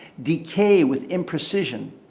decay with imprecision,